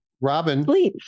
Robin